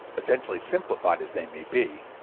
essentially simplified as they may be,